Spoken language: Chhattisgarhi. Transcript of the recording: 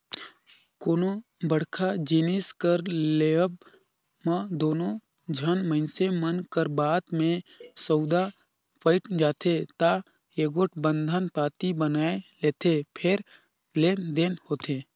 कोनो बड़का जिनिस कर लेवब म दूनो झन मइनसे मन कर बात में सउदा पइट जाथे ता एगोट बंधन पाती बनवाए लेथें फेर लेन देन होथे